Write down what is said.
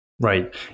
Right